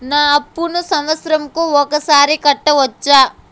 నా అప్పును సంవత్సరంకు ఒకసారి కట్టవచ్చా?